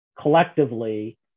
collectively